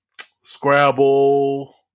Scrabble